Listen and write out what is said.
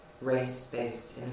Race-based